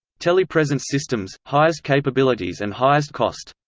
telepresence systems highest capabilities and highest cost.